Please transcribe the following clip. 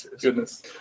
goodness